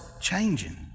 changing